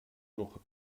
noch